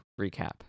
recap